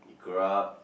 grow up